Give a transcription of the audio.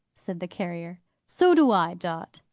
said the carrier. so do i, dot.